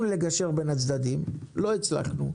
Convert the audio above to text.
לגשר בין הצדדים, לא הצלחנו.